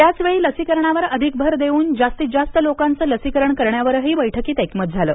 त्याचवेळी लसीकरणावर अधिक भर देऊन जास्तीत जास्त लोकांचे लसीकरण करण्यावरही बैठकीत एकमत झाले